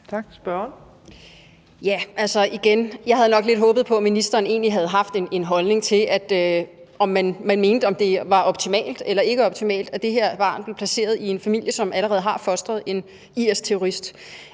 (NB): Igen: Jeg havde nok håbet lidt på, at ministeren egentlig havde haft en holdning til og mente noget om, om det er optimalt eller ikke optimalt, at det her barn bliver placeret i en familie, som allerede har fostret én IS-terrorist.